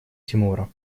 тимура